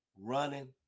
running